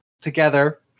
together